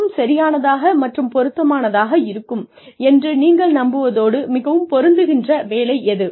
மிகவும் சரியானதாக மற்றும் பொருத்தமானதாக இருக்கும் என்று நீங்கள் நம்புவதோடு மிகவும் பொருந்துகின்ற வேலை எது